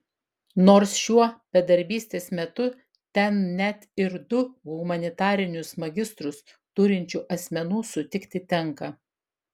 nors šiuo bedarbystės metu ten net ir du humanitarinius magistrus turinčių asmenų sutikti tenka